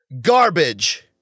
Garbage